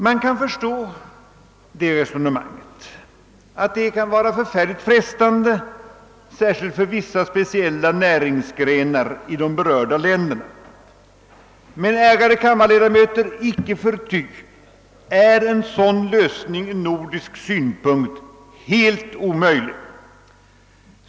Man kan förstå att det resonemanget kan innebära stora frestelser, särskilt för vissa speciella näringsgrenar i de berörda länderna. Men, ärade kammarledamöter, icke förty är en sådan lösning ur nordisk synpunkt helt omöjlig.